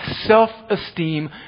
self-esteem